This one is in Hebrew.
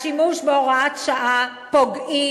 השימוש בהוראת שעה פוגע,